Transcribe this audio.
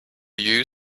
you